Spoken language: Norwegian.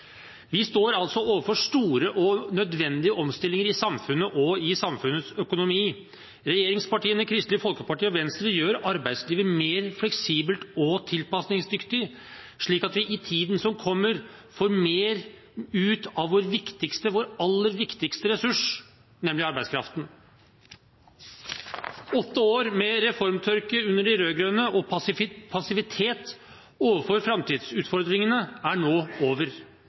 Vi står overfor store og nødvendige omstillinger i samfunnet og i samfunnets økonomi. Regjeringspartiene, Kristelig Folkeparti og Venstre gjør arbeidslivet mer fleksibelt og tilpasningsdyktig, slik at vi i tiden som kommer får mer ut av vår aller viktigste ressurs, nemlig arbeidskraften. Åtte år med reformtørke under de rød-grønne og passivitet overfor framtidsutfordringene er nå over.